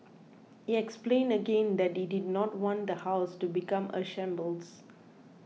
he explained again that he did not want the house to become a shambles